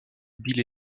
vile